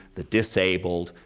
the disabled,